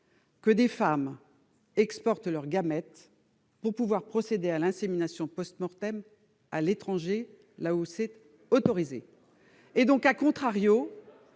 que des femmes exportent leurs gamètes pour pouvoir procéder à l'insémination à l'étranger, là où c'est autorisé. Mes chers collègues,